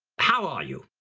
how are you?